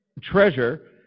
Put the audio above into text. treasure